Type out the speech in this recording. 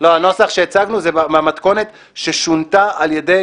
הנוסח שהצגנו זה מהמתכונת ששונתה על ידי